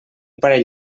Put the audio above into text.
parell